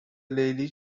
لیلی